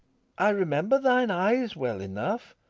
i remember thine eyes well enough.